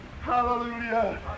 Hallelujah